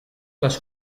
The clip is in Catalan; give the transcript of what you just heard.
les